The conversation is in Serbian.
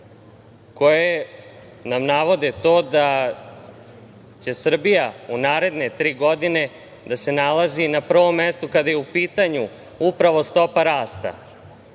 koje nam navode to da će se Srbija u naredne tri godine nalaziti na prvom mestu kada je u pitanju upravo stopa